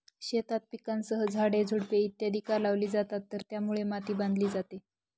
शेतात पिकांसह झाडे, झुडपे इत्यादि का लावली जातात तर त्यामुळे माती बांधली जाते